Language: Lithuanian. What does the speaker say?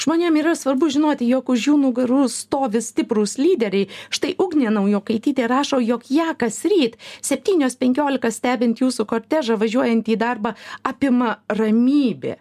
žmonėm yra svarbu žinoti jog už jų nugarų stovi stiprūs lyderiai štai ugnė naujokaitytė rašo jog ją kasryt septynios penkiolika stebint jūsų kortežą važiuojant į darbą apima ramybė